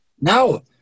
No